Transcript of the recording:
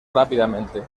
rápidamente